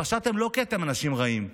פשעתם לא כי אתם אנשים רעים.